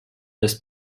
des